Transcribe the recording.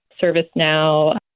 ServiceNow